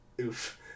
Oof